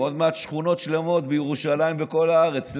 עוד מעט שכונות שלמות בירושלים ובכל הארץ.